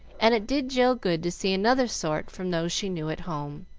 and it did jill good to see another sort from those she knew at home.